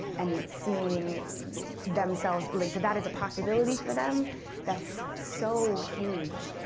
and seeing themselves, like that that is a possibility for them that's so huge.